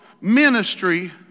ministry